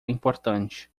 importante